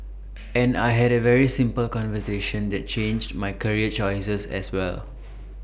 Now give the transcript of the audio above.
and I had A very simple conversation that changed my career choices as well